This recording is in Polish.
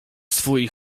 swój